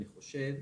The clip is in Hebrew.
אני חושב,